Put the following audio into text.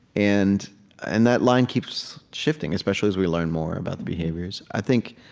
and and that line keeps shifting, especially as we learn more about the behaviors. i think